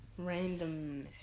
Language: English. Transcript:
Randomness